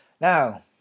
Now